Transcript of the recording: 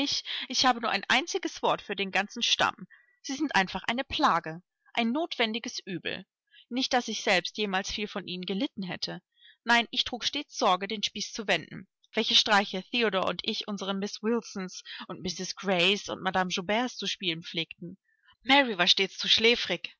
ich habe nur ein einziges wort für den ganzen stamm sie sind einfach eine plage ein notwendiges übel nicht daß ich selbst jemals viel von ihnen gelitten hätte nein ich trug stets sorge den spieß zu wenden welche streiche theodor und ich unseren miß wilsons und mrs greys und madame jouberts zu spielen pflegten mary war stets zu schläfrig